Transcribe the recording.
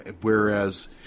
whereas